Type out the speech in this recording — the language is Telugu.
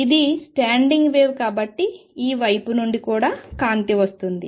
ఇది స్టాండింగ్ వేవ్ కాబట్టి ఈ వైపు నుండి కూడా కాంతి వస్తుంది